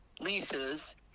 leases